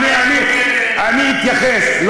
אני אתייחס.